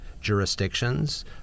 jurisdictions